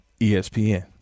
ESPN